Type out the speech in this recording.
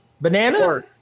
Banana